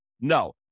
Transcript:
No